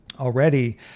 already